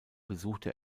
besuchte